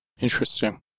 Interesting